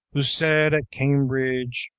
who said at cambridge,